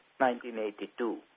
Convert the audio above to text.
1982